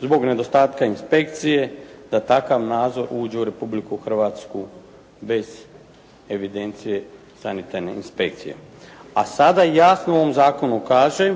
zbog nedostatka inspekcije da takav nadzor uđe u Republiku Hrvatsku bez evidencije sanitarne inspekcije, a sada jasno u ovom zakonu kaže,